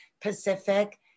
Pacific